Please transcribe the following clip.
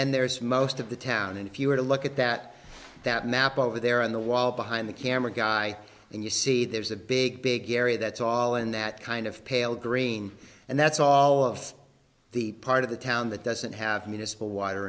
then there's most of the town and if you were to look at that that map over there on the wall behind the camera guy and you see there's a big big area that's all in that kind of pale green and that's all of the part of the town that doesn't have municipal water